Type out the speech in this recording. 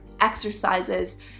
exercises